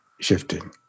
shifting